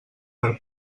per